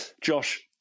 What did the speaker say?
Josh